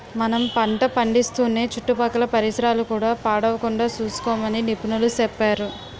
మనం పంట పండిస్తూనే చుట్టుపక్కల పరిసరాలు కూడా పాడవకుండా సూసుకోమని నిపుణులు సెప్పేరు